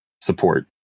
support